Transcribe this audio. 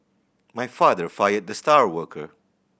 my father fired the star worker